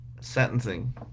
Sentencing